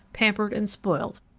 pampered and spoilt,